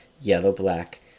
yellow-black